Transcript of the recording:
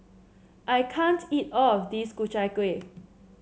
I can't eat all of this Ku Chai Kueh